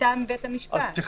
מטעם בית המשפט.